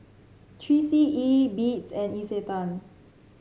Three C E Beats and Isetan